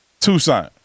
Tucson